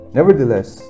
Nevertheless